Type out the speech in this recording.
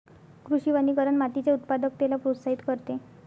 कृषी वनीकरण मातीच्या उत्पादकतेला प्रोत्साहित करते